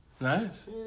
nice